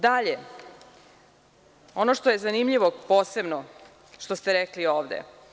Dalje, ono što je zanimljivo posebno, što ste rekli ovde.